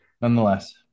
Nonetheless